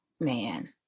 man